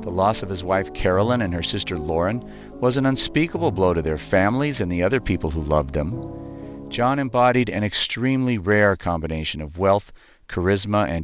the loss of his wife carolyn and her sister lauren was an unspeakable blow to their families and the other people who loved them john embodied an extremely rare combination of wealth charisma and